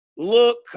look